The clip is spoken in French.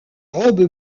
robe